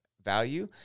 Value